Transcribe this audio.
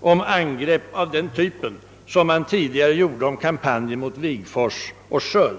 om angrepp av den typen som han tidigare gjorde om angreppen mot Wigforss och Sköld.